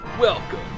Welcome